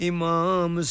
Imam